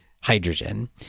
hydrogen